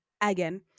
again